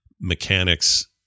mechanics